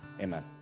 Amen